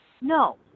no